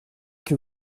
que